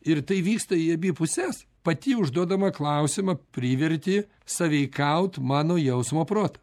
ir tai vyksta į abi puses pati užduodama klausimą priverti sąveikauti mano jausmo protą